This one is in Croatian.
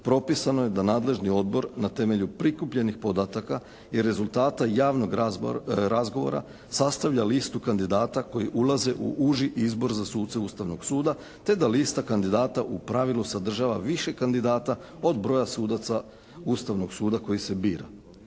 propisano je da nadležni odbor na temelju prikupljenih podataka i rezultata javnog razgovora sastavlja listu kandidata koji ulaze u uži izbor za suce Ustavnog suda te lista kandidata u pravilu sadržava više kandidata od broja sudaca Ustavnog suda koji se bira.